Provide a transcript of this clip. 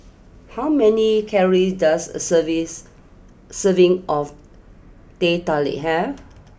how many calories does a serves serving of Teh Tarik have